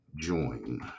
join